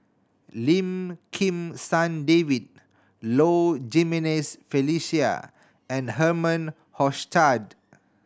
Lim Kim San David Low Jimenez Felicia and Herman Hochstadt